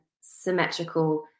symmetrical